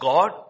God